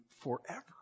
forever